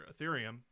ethereum